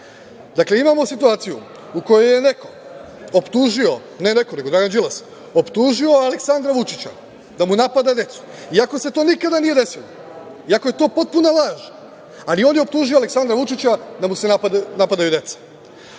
neko, nego Dragan Đilas, optužio Aleksandra Vučića da mu napada decu, iako se to nikada nije desilo, iako je to potpuna laž, ali on je optužio Aleksandra Vučića da mu se napadaju deca.